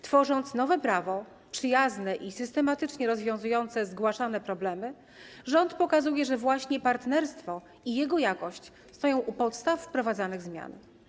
Tworząc nowe prawo, przyjazne i systematycznie rozwiązujące zgłaszane problemy, rząd pokazuje, że właśnie partnerstwo i jego jakość stoją u podstaw wprowadzanych zmian.